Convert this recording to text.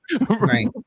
Right